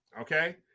Okay